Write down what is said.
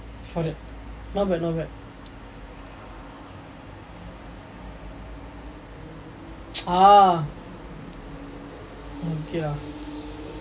ah